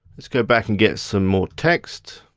let's got back and get some more text.